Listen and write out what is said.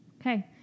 Okay